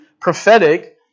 prophetic